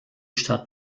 stadt